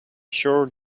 sure